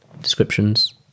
descriptions